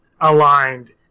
aligned